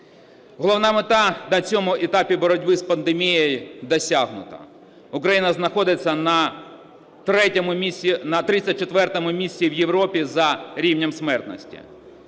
Головна мета на цьому етапі боротьби з пандемією досягнута – Україна знаходиться на 34 місці в Європі за рівнем смертності.